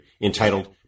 entitled